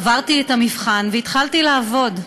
עברתי את המבחן והתחלתי לעבוד,